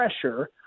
pressure